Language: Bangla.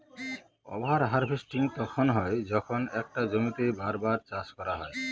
ওভার হার্ভেস্টিং তখন হয় যখন একটা জমিতেই বার বার চাষ করা হয়